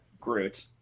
Groot